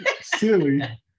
Silly